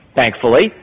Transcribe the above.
thankfully